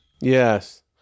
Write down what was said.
Yes